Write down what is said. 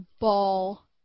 ball